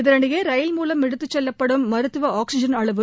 இதனிடையே ரயில் மூலம் எடுத்துச் செல்லப்படும் மருத்துவ ஆக்ஸிஜன் அளவு